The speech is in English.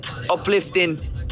Uplifting